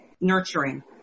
nurturing